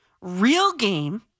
real-game